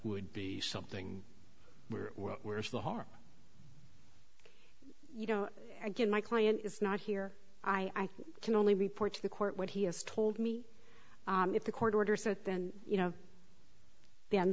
would be something where where's the harm you know again my client is not here i can only report to the court what he has told me if the court orders that then you know then